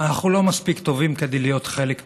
אנחנו לא מספיק טובים כדי להיות חלק ממנה.